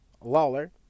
Lawler